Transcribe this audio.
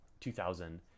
2000